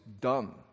done